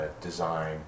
design